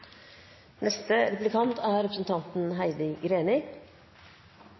Neste taler er representanten